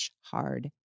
hard